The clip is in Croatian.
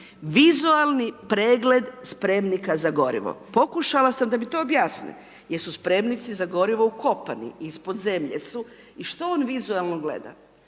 vizualni pregled spremnika za gorivo. Pokušala sam da mi to objasne jer su spremnici za gorivo ukopani, ispod zemlje su i što on vizualno gleda?